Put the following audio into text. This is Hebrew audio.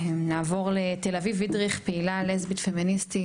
נעבור לתל אביב וידריך, פעילה לסבית פמיניסטית.